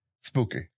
spooky